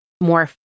more